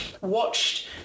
watched